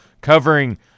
covering